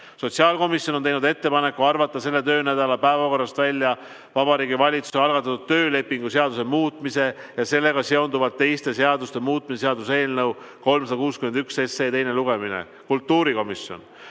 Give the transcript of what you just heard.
Sotsiaalkomisjon on teinud ettepaneku arvata selle töönädala päevakorrast välja Vabariigi Valitsuse algatatud töölepingu seaduse muutmise ja sellega seonduvalt teiste seaduste muutmise seaduse eelnõu 361 teine lugemine. Kultuurikomisjon